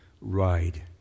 ride